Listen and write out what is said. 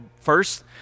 first